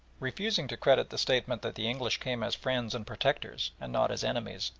refusing to credit the statement that the english came as friends and protectors and not as enemies,